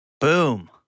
Boom